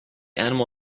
animal